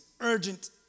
urgent